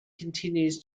continues